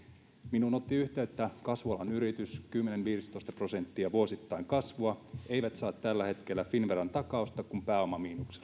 minuun otti yhteyttä kasvualan yritys kymmenen viiva viisitoista prosenttia vuosittain kasvua eivät saa tällä hetkellä finnveran takausta kun pääoma miinuksella